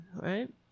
Right